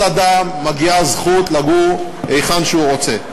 אדם מגיעה זכות לגור היכן שהוא רוצה.